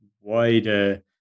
wider